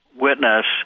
witness